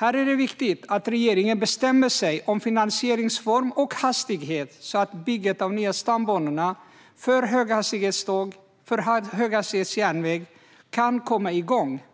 Det är viktigt att regeringen bestämmer sig för finansieringsform och hastighet, så att bygget av de nya stambanorna för höghastighetsjärnväg kan komma igång.